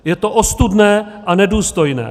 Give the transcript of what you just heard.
Je to ostudné a nedůstojné.